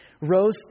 rose